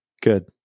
good